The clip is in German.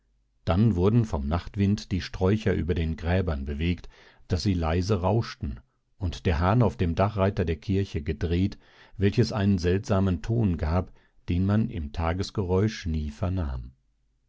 dann wurden vom nachtwind die sträucher über den gräbern bewegt daß sie leise rauschten und der hahn auf dem dachreiter der kirche gedreht welches einen seltsamen ton gab den man im tagesgeräusch nie vernahm